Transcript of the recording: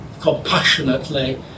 compassionately